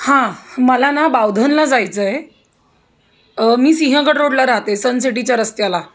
हां मला ना बावधनला जायचं आहे मी सिंहगड रोडला राहते सनसिटीच्या रस्त्याला